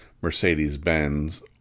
Mercedes-Benz